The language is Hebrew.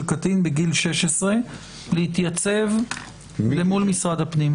קטין בגיל 16 להתייצב מול משרד הפנים?